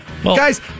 Guys